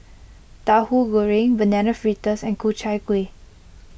Tahu Goreng Banana Fritters and Ku Chai Kueh